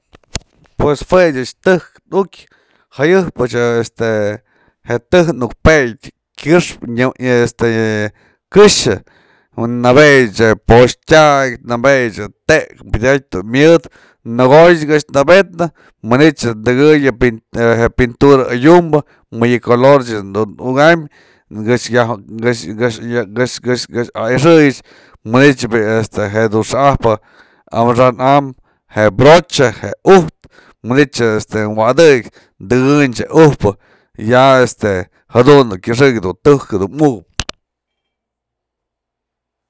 Pues jue ech tëjk nukyë, jëyëpch este je tëjk nuk pedyë kyëxpë. este këxë nabedyë je po'oxtyak, nëbedyä je tek tijatyë du myëdë, nakoyë këx nabednë, manytë dëkënyë je pintura adyumbë mëdyë color ech dun nukam këx- këx- këx- këx- këx ayxëyech manytë bi'i je du xa'ajpë amaxa'an am je brocha, je ujtë, manytë wa'adëky tëkënyëch je ujpë, ya este jadun kyëxëk je tëjk jedun ukëp.